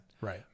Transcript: right